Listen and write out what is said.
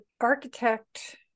architect